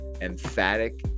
emphatic